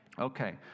Okay